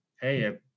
hey